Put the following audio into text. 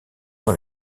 dans